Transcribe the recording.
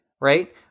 right